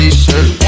T-shirt